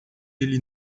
ele